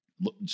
Look